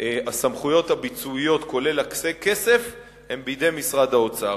הסמכויות הביצועיות כולל הכסף הן בידי משרד האוצר.